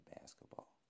basketball